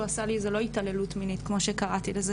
עשה לי זה לא התעללות מינית כמו שקראתי לזה,